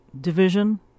division